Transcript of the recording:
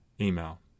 email